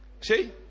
See